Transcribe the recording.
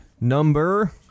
Number